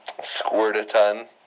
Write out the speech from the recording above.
Squirtaton